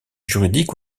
juridiques